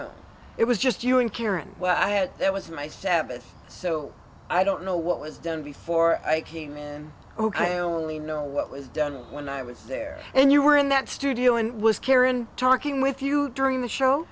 it was just you and karen well i had there was my seven so i don't know what was done before i came in ohio only know what was done when i was there and you were in that studio and was karen talking with you during the show